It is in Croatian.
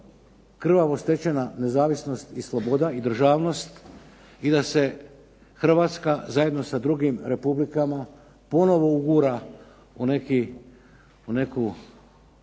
krvavo stečena nezavisnost i sloboda i državnost i da se Hrvatska zajedno sa drugim republikama ponovno ugura u neku